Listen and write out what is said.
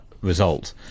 result